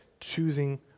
choosing